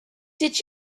did